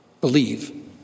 believe